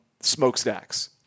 smokestacks